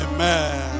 Amen